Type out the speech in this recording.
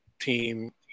team